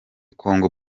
kongo